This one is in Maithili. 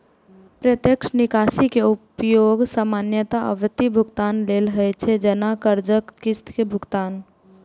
प्रत्यक्ष निकासी के उपयोग सामान्यतः आवर्ती भुगतान लेल होइ छै, जैना कर्जक किस्त के भुगतान